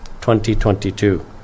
2022